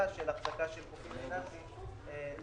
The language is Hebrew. של הפסקה של גופים פיננסים כחתמים.